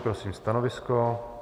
Prosím stanovisko.